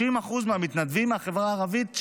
30% מהמתנדבים מהחברה הערבית,